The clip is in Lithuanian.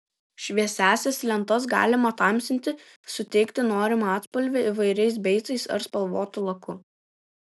šviesiąsias lentas galima tamsinti suteikti norimą atspalvį įvairiais beicais ar spalvotu laku